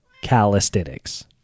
calisthenics